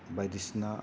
बायदिसिना